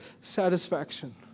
satisfaction